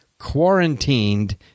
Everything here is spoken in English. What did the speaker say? quarantined